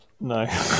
No